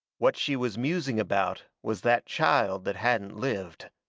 what she was musing about was that child that hadn't lived.